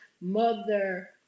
mother